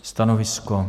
Stanovisko?